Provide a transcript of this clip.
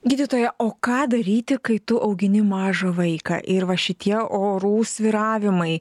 gydytoja o ką daryti kai tu augini mažą vaiką ir va šitie orų svyravimai